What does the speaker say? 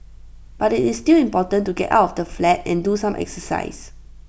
but IT is still important to get out of the flat and do some exercise